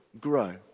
grow